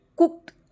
Cooked